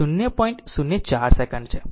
04 second છે